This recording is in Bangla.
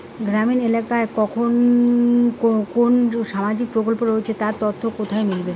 গ্রামের এলাকায় কখন কোন সামাজিক প্রকল্প রয়েছে তার তথ্য কোথায় মিলবে?